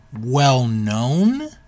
well-known